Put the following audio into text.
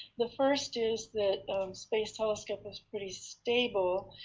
the first is that space telescope is pretty stable.